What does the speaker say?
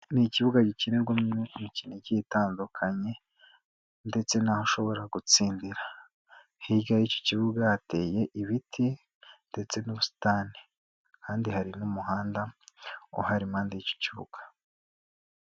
Ni ikibuga gikinirwamo imikino igiye itandukanye ndetse n'aho ushobora gutsindira, hirya y'iki kibuga hateye ibiti ndetse n'ubusitani kandi hari n'umuhanda uhari impande y'iki kibuga.